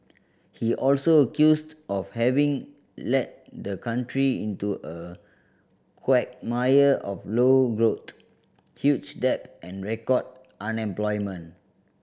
he also accused of having led the country into a quagmire of low growth huge debt and record unemployment